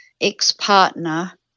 ex-partner